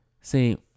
See